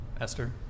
esther